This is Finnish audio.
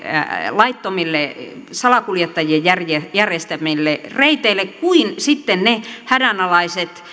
laittomille salakuljettajien järjestämille reiteille kuin sitten ne hädänalaiset